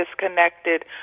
disconnected